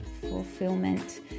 fulfillment